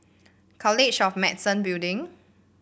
College of Medicine Building